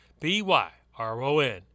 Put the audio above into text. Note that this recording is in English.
B-Y-R-O-N